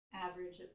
average